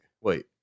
Wait